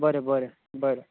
बरें बरें बरें